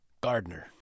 Gardener